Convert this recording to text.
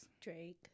Drake